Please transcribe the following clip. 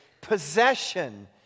possession